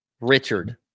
Richard